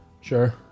Sure